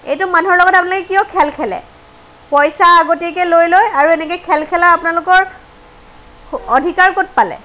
এইটো মানুহৰ লগত আপোনালোকে কিয় খেল খেলে পইচা আগতিয়াকে লৈ লয় আৰু এনেকে খেল খেলাৰ আপোনালোকৰ অধিকাৰ ক'ত পালে